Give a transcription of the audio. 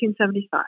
1975